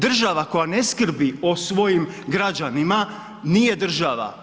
Država koja ne skrbi o svojim građanima nije država.